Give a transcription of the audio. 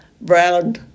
brown